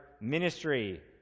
ministry